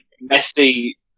Messy